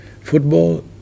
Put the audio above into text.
football